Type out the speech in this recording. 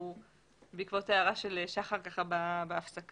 בעקבות הערה של שחר בהפסקה,